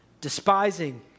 despising